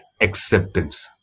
Acceptance